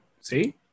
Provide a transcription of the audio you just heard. See